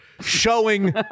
showing